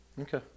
Okay